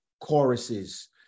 choruses